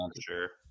Sure